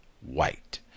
white